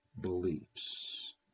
beliefs